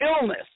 illness